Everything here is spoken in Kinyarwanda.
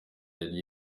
yari